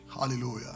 hallelujah